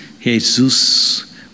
Jesus